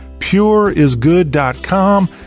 pureisgood.com